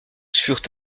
furent